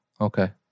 Okay